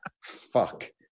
Fuck